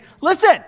Listen